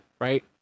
right